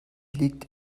liegt